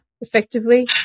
Effectively